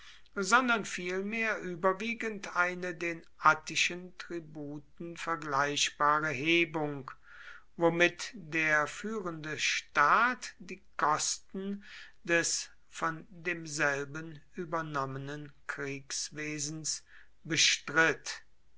sondern vielmehr überwiegend eine den attischen tributen vergleichbare hebung womit der führende staat die kosten des von demselben übernommenen kriegswesens bestritt